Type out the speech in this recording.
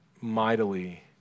mightily